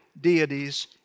deities